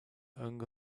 hung